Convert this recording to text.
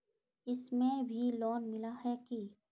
इसमें भी लोन मिला है की